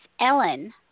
Ellen